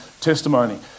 testimony